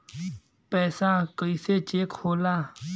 पैसा कइसे चेक होला?